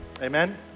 Amen